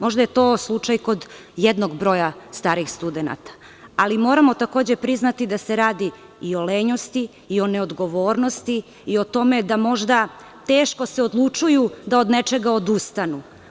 Možda je to slučaj kod jednog broja starih studenata, ali moramo takođe priznati da se radi i o lenjosti i o neodgovornosti i o tome da možda teško se odlučuju da od nečega odustanu.